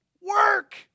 Work